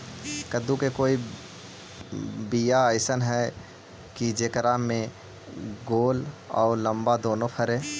कददु के कोइ बियाह अइसन है कि जेकरा में गोल औ लमबा दोनो फरे?